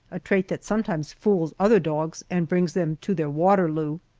a trait that sometimes fools other dogs and brings them to their waterloo.